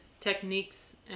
techniques